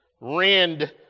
Rend